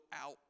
out